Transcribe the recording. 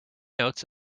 notes